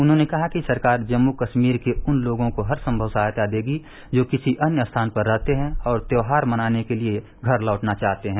उन्होंने कहा कि सरकार जम्म कस्मीर के उन लोगों को हर संभव सहायता देगी जो किसी अन्य स्थान पर रहते हैं और त्वौहार मनाने के लिए घर लौटना चाहते हैं